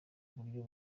uburyo